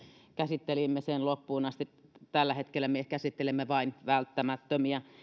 käsittelimme sen loppuun asti tällä hetkellä me käsittelemme vain välttämättömiä